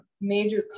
major